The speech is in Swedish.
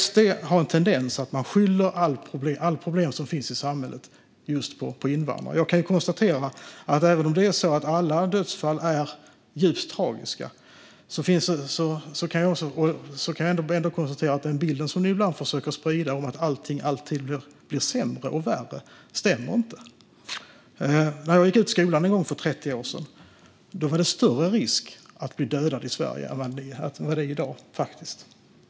SD har en tendens att skylla alla problem som finns i samhället just på invandrare. Även om alla dödsfall är djupt tragiska kan jag ändå konstatera att den bild som ni ibland försöker sprida om att allting alltid blir sämre och värre inte stämmer. När jag gick ut skolan någon gång för 30 år sedan var det större risk att bli dödad i Sverige än vad det är i dag.